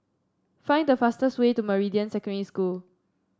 find the fastest way to Meridian Secondary School